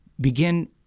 begin